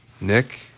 Nick